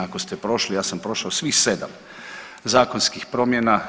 Ako ste prošli, ja sam prošao svih sedam zakonskih promjena.